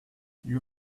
you